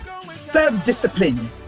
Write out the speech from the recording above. self-discipline